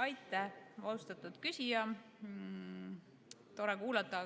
Aitäh, austatud küsija! Tore kuulda,